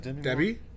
Debbie